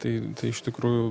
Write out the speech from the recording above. tai iš tikrųjų